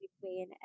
Queen